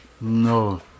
No